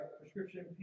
prescription